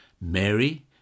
Mary